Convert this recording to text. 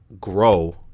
grow